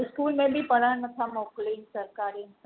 school में बि पढ़णु नथा मोकिलीं सरकारी